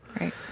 Right